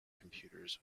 computers